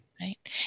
Right